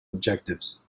objectives